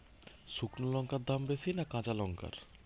শুক্নো লঙ্কার দাম বেশি না কাঁচা লঙ্কার?